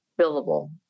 billable